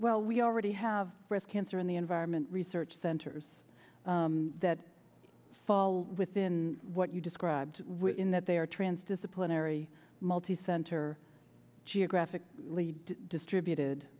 well we already have breast cancer in the environment research centers that fall within what you described in that they are trans disciplinary multicenter geographic distributed